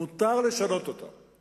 ומותר לשנות אותם.